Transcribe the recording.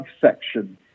section